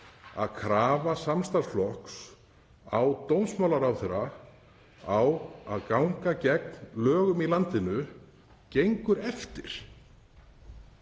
að krafa samstarfsflokks á dómsmálaráðherra um að ganga gegn lögum í landinu gengur eftir